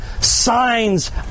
signs